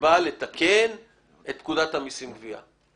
שבא לתקן את פקודת המסים, גבייה.